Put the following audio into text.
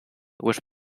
was